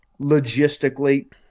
logistically